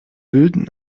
wühlten